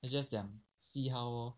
她 just 讲 see how lor